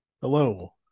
Hello